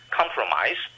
compromise